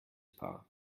paar